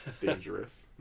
dangerous